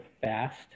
fast